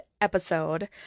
episode